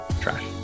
trash